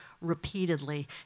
repeatedly